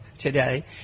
today